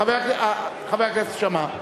חבר הכנסת שאמה,